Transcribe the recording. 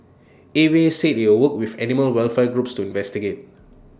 A V A said IT would work with animal welfare groups to investigate